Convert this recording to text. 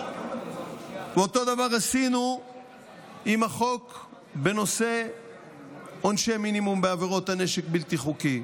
אותו הדבר עשינו עם החוק בנושא עונשי מינימום בעבירות הנשק הבלתי-חוקי,